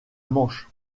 manche